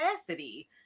capacity